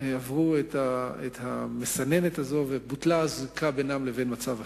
עברו את המסננת הזאת ובוטלה הזיקה בינם לבין מצב החירום.